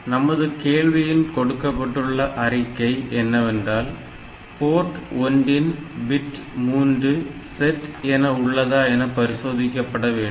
நமது கேள்வியின் கொடுக்கப்பட்டுள்ள அறிக்கை என்னவென்றால் போர்ட் ஒன்றின் பிட்3 செட் என உள்ளதா என பரிசோதிக்கப்பட வேண்டும்